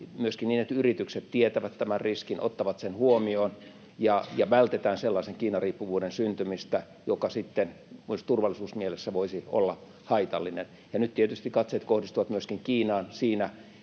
myöskin niin, että yritykset tietävät nämä riskit, ottavat ne huomioon ja vältetään sellaisen Kiina-riippuvuuden syntymistä, joka sitten myös turvallisuusmielessä voisi olla haitallinen. Ja nyt tietysti katseet kohdistuvat Kiinaan myöskin siinä,